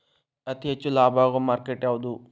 ಅತಿ ಹೆಚ್ಚು ಲಾಭ ಆಗುವ ಮಾರ್ಕೆಟ್ ಯಾವುದು?